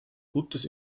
gutes